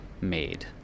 made